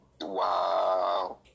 Wow